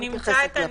נמצא את הניסוח,